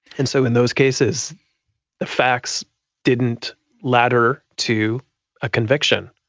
and so in those cases the facts didn't ladder to a conviction.